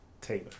Taylor